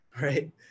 right